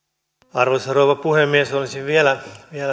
arvoisa rouva puhemies olisin vielä